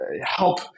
help